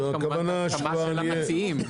הכוונה היא להסכמה של המציעים,